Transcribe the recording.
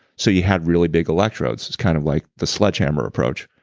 so you had really big electrodes. it's kind of like the sledgehammer approach.